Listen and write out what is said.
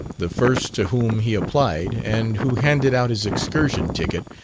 the first to whom he applied, and who handed out his excursion ticket,